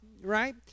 right